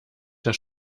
das